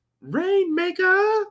Rainmaker